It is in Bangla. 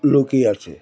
লোকই আছে